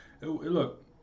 look